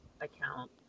account